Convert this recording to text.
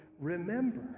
remember